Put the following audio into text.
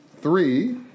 three